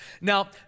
Now